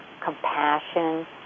compassion